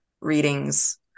readings